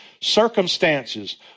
circumstances